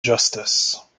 justice